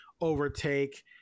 overtake